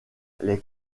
les